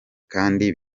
kandi